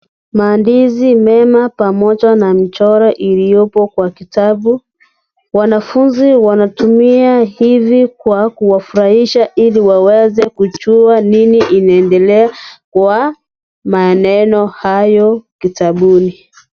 Maandishi mema pamoja na mchoro uliopo kwa kitabu wanafunzi wanatumia hivi kwa kuwafurahisha ili waweze kujua nini inaendelea kwa maneno hayo kitabuni.